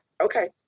okay